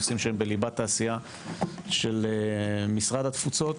נושאים שהם בליבת העשייה של משרד התפוצות.